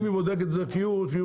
אם היא בודקת את זה לכיוון חיובי,